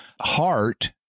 Heart